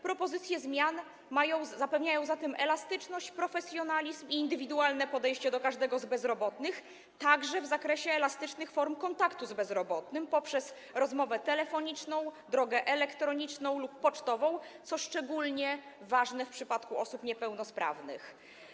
Propozycje zmian zapewniają zatem elastyczność, profesjonalizm i indywidualne podejście do każdego z bezrobotnych, także w zakresie elastycznych form kontaktu z bezrobotnym, poprzez rozmowę telefoniczną, drogę elektroniczną lub pocztową, co jest szczególnie ważne w przypadku osób niepełnosprawnych.